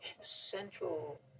central